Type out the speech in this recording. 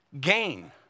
Gain